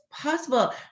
possible